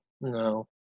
No